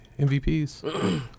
mvps